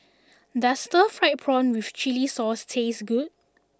does Stir Fried Prawn With Chili Sauce taste good